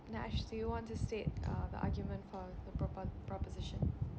nash do you want to say uh the argument for the propo~ proposition